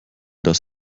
dass